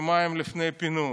יומיים לפני הפינוי.